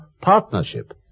partnership